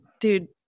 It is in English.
Dude